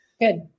Good